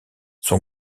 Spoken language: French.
son